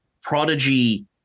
Prodigy